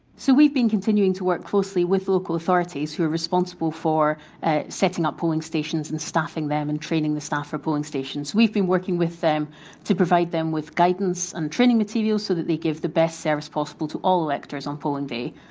so, we've been continuing to work closely with local authorities, who are responsible for ah setting up polling stations and staffing them and training the staff for polling stations, we've been working with them to provide them with guidance and training materials, so that they give the best service possible to all electors electors on polling day.